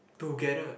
together